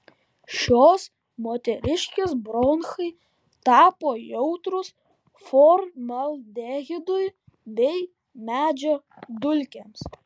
šios moteriškės bronchai tapo jautrūs formaldehidui bei medžio dulkėms